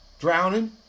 Drowning